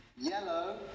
Yellow